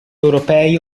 europei